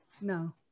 no